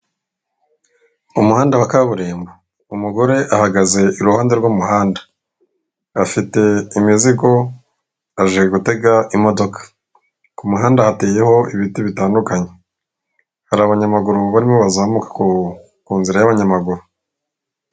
Umuhanda wa kaburimbo, umugore ahagaze iruhande rw'umuhanda afite imizigo aje gutega imodoka ku ku muhanda hateyeho ibiti bitandukanye, hari abanyamaguru barimo bazamuka ku nzira y'abanyamaguru.